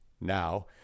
Now